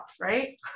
right